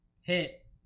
hit